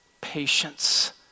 patience